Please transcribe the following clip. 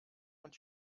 und